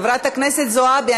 חברת הכנסת זועבי,